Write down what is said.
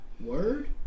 Word